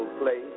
place